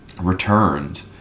returned